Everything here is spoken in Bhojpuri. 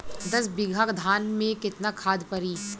दस बिघा धान मे केतना खाद परी?